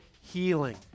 healing